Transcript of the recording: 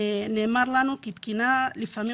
נאמר לנו כי לתקינה יש לפעמים